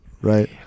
right